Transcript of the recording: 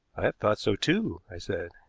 i have thought so too, i said.